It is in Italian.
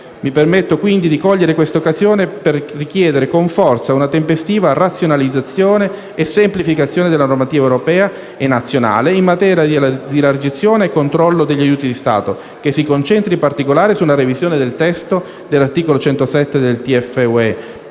Mi permetto, quindi, di cogliere questa occasione per richiedere con forza una tempestiva razionalizzazione e semplificazione della normativa europea e nazionale in materia di elargizione e controllo degli aiuti di Stato, che si concentri in particolare su una revisione del testo dell'articolo 107 del